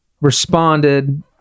responded